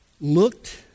looked